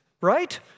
right